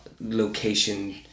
location